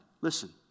Listen